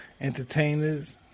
entertainers